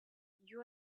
you